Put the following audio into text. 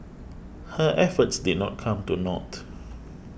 her efforts did not come to naught